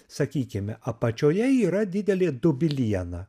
sakykime apačioje yra didelė dobiliena